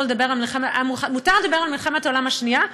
היה מותר לדבר על מלחמת העולם השנייה,